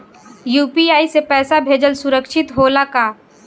UPI से पैसा भेजल सुरक्षित होला का?